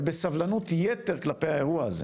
ובסבלנות יתר כלפי האירוע הזה.